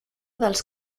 dels